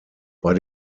bei